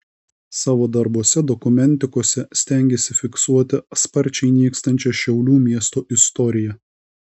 savo darbuose dokumentikose stengiasi fiksuoti sparčiai nykstančią šiaulių miesto istoriją